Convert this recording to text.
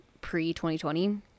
pre-2020